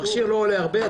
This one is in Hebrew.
המכשיר לא עולה הרבה.